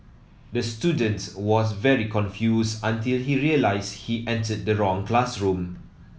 the student was very confused until he realised he entered the wrong classroom